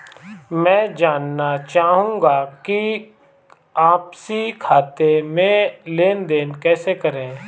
मैं जानना चाहूँगा कि आपसी खाते में लेनदेन कैसे करें?